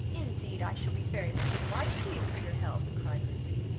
indeed i shall be very much obliged to you for your help, cried lucy,